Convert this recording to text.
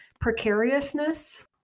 precariousness